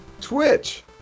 Twitch